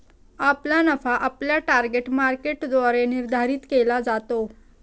आपला नफा आपल्या टार्गेट मार्केटद्वारे निर्धारित केला जातो